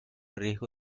riesgo